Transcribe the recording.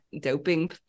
doping